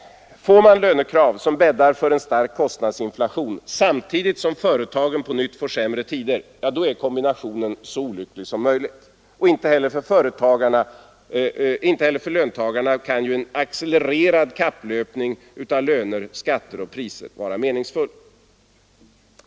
Förs det fram lönekrav som bäddar för en stark inflation samtidigt som företagen på nytt får sämre tider, då är kombinationen så olycklig som möjligt. Inte heller för löntagarna kan ju en accelererad kapplöpning mellan löner, skatter och priser vara meningsfull.